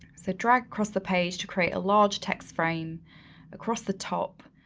so drag across the page to create a large text frame across the top,